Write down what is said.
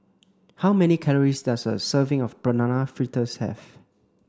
how many calories does a serving of banana fritters have